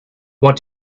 what